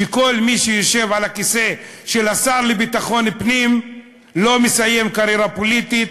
שכל מי שיושב על הכיסא של השר לביטחון פנים לא מסיים קריירה פוליטית,